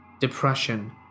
depression